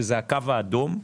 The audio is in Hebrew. שהם בצבע האדום,